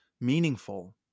meaningful